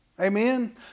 Amen